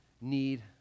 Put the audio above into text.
need